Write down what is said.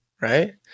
right